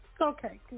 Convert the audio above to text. Okay